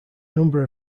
number